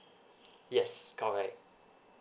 yes correct